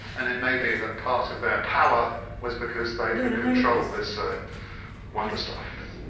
and it may be that part of their power was because they could control this ah wonder stuff.